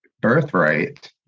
birthright